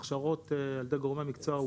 הכשרות על ידי גורמי מקצוע,